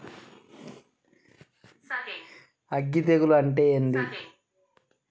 అగ్గి తెగులు అంటే ఏంది?